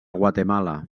guatemala